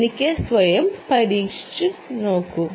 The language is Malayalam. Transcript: എന്നിട്ട് ഇത് സ്വയം പരീക്ഷിച്ചുനോക്കൂ